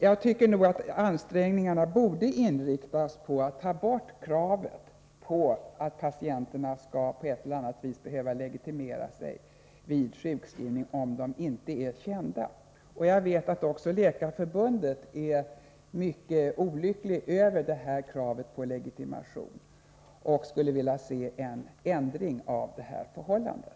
Ansträngningarna borde enligt min mening inriktas på att ta bort kravet på att patienterna på ett eller annat vis skall legitimera sig vid sjukskrivning, om de inte är kända. Jag vet att också Läkarförbundet är mycket olyckligt över kravet på legitimation och skulle vilja se en ändring av det här förhållandet.